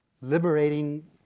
Liberating